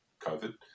COVID